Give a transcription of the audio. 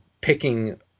picking